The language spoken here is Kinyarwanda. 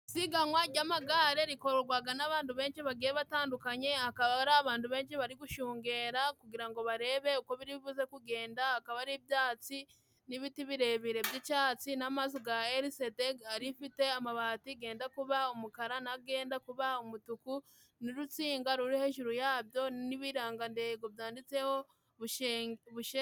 Isiganwa ry'amagare rikorwaga n'abantu benshi bagiye batandukanye hakaba hari abantu benshi bari gushungera kugira ngo barebe uko biribuze kugenda hakaba ari ibyatsi n'ibiti birebire by'icyatsi na mazu ga erisede hari ifite amabati genda kuba umukara nagenda kuba umutuku n'urutsinga ruri hejuru yabyo n'ibirangantengo byanditseho bushenge